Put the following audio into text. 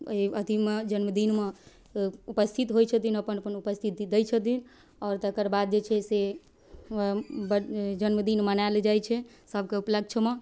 ओइ अथीमे जन्मदिनमे उपस्थित होइ छथिन अपन अपन उपस्थिति दै छथिन आओर तकर बाद जे छै से जन्मदिन मनायल जाइ छै सबके उपलक्ष्यमे